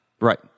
Right